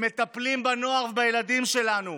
הם מטפלים בנוער ובילדים שלנו,